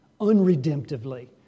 unredemptively